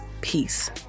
peace